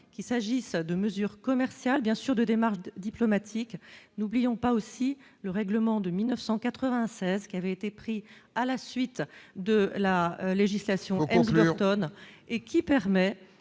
qu'il s'agisse de mesures commerciales bien sûr de démarches diplomatiques, n'oublions pas aussi le règlement de 1996 qui avait été pris à la suite de la législation aux couleurs tonnes et qui permet